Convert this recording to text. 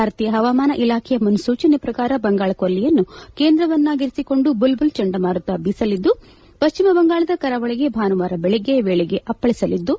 ಭಾರತೀಯ ಹವಾಮಾನ ಇಲಾಖೆಯ ಮುನ್ನೂಚನೆ ಪ್ರಕಾರ ಬಂಗಾಳ ಕೊಲ್ಲಿಯನ್ನು ಕೇಂದ್ರವನ್ನಾಗಿರಿಸಿಕೊಂಡು ಬುಲ್ಬುಲ್ ಚಂಡಮಾರುತ ಬೀಸಲಿದ್ದು ಪಶ್ಚಿಮ ಬಂಗಾಳದ ಕರಾವಳಿಗೆ ಭಾನುವಾರ ಬೆಳಿಗ್ಗೆ ವೇಳೆಗೆ ಅಪ್ಪಳಸಲಿದ್ದು